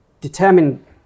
determine